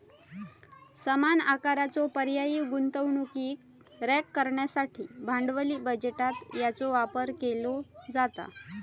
समान आकाराचा पर्यायी गुंतवणुकीक रँक करण्यासाठी भांडवली बजेटात याचो वापर केलो जाता